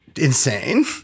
insane